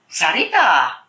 Sarita